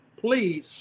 please